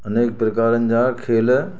अनेक प्रकारनि जा खेल